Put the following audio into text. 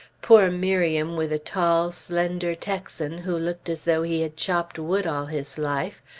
poor miriam, with a tall, slender texan who looked as though he had chopped wood all his life,